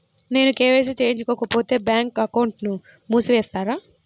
నేను కే.వై.సి చేయించుకోకపోతే బ్యాంక్ అకౌంట్ను మూసివేస్తారా?